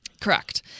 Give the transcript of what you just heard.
Correct